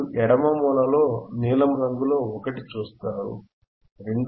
మీరు ఎడమ మూలలో నీలం రంగులో ఒకటి చూస్తారు 2